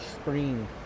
screen